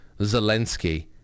Zelensky